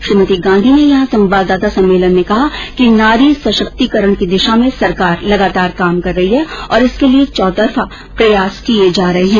श्रीमती गांधी ने यहां संवाददाता सम्मेलन में कहा कि नारी सशक्तिकरण की दिशा में सरकार लगातार काम कर रही है और इसके लिए चौतरफा प्रयास किये जा रहे हैं